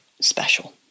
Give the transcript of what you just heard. special